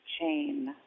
chain